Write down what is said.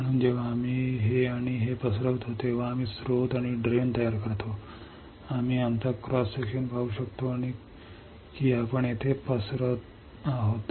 म्हणून जेव्हा आम्ही हे आणि हे पसरवतो तेव्हा आम्ही स्त्रोत आणि निचरा तयार करतो आम्ही आमचा क्रॉस सेक्शन पाहू शकतो की आपण येथे पसरत आहोत